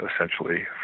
essentially